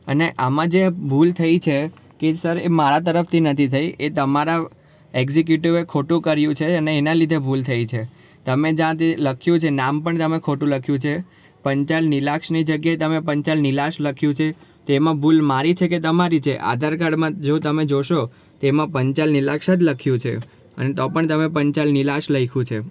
અને આમાં જે ભૂલ થઈ છે કે સર એ મારા તરફથી નથી થઈ એ તમારા એક્ઝિક્યુટિવે ખોટું કર્યું છે અને એના લીધે ભૂલ થઈ છે તમે જાતે લખ્યું છે નામ પણ તમે ખોટું લખ્યું છે પંચાલ નિલાક્ષની જગ્યાએ તમે પંચાલ નીલાશ લખ્યું છે તેમાં ભૂલ મારી છે કે તમારી છે આધાર કાર્ડમાં જો તમે જોશો તો એમાં પંચાલ નિલાક્ષ જ લખ્યું છે અને તો પણ તમે પંચાલ નિલાસ લખ્યું છે